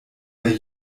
der